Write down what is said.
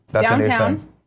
downtown